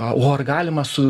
o ar galima su